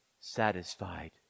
satisfied